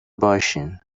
باشین